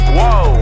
Whoa